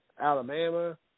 Alabama